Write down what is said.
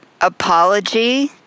apology